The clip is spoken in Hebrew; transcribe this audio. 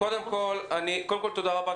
תודה רבה,